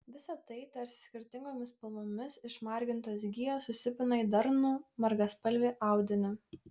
visa tai tarsi skirtingomis spalvomis išmargintos gijos susipina į darnų margaspalvį audinį